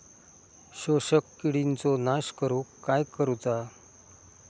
शोषक किडींचो नाश करूक काय करुचा?